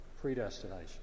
predestination